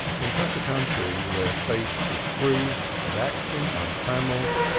in such a country, where faith was free and action untrammelled,